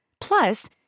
Plus